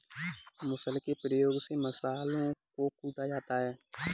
मुसल के प्रयोग से मसालों को कूटा जाता है